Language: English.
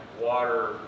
water